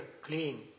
clean